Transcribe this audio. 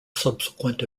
subsequent